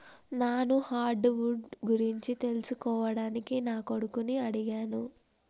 నాను hardwood గురించి తెలుసుకోవడానికి నా కొడుకుని అడిగాను